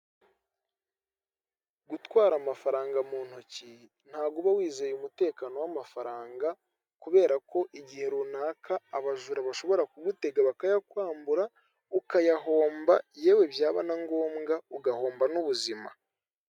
Gutwara amafaranga mu ntoki ntago uba wizeye umutekano w'amafaranga, kubera ko igihe runaka abajura bashobora kugutega bakayakwambura ukayahomba yewe byaba na ngombwa ugahomba n'ubuzima.